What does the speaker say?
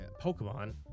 Pokemon